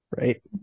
Right